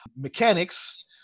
Mechanics